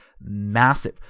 massive